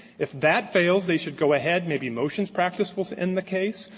if that fails, they should go ahead, maybe motions practice will end the case.